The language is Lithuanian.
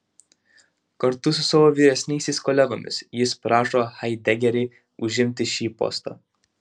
kartu su savo vyresniais kolegomis jis prašo haidegerį užimti šį postą